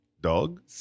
dog